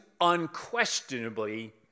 unquestionably